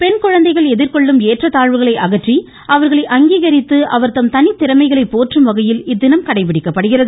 பெண் குழந்தைகள் எதிர்கொள்ளும் ஏற்றத்தாழ்வுகளை அகற்றி அவர்களை அங்கீகரித்து அவர்தம் தனித்திறமைகளை போற்றும் வகையில் இத்தினம் கடைபிடிக்கப்படுகிறது